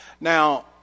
Now